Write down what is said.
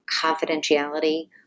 confidentiality